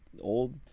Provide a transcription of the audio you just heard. old